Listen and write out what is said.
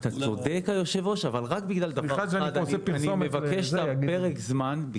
אתה צודק היושב ראש אבל רק בגלל דבר אחד אני מבקש פרק זמן,